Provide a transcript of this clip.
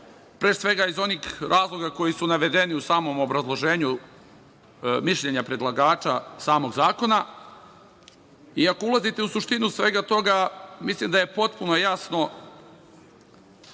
pre svega iz onih razloga koji su navedenim u samom obrazloženju mišljenja predlagača samog zakona. Ako ulazite u suštinu svega toga, mislim da je potpuno jasno